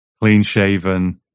clean-shaven